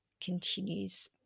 continues